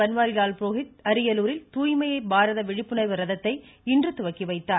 பன்வாரிலால் புரோகித் அரியலூரில் தூய்மையை பாரத விழிப்புணர்வு ரதத்தை இன்று துவக்கி வைத்தார்